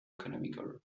economical